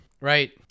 right